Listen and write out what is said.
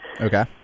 Okay